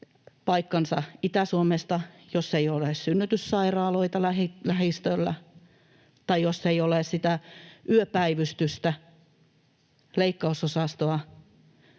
paikkansa Itä-Suomesta, jos ei ole synnytyssairaaloita lähistöllä tai jos ei ole sitä yöpäivystystä, leikkausosastoa?